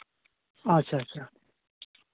ᱟᱪᱪᱷᱟ ᱟᱪᱪᱷᱟ